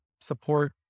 support